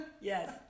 yes